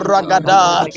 Ragada